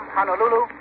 Honolulu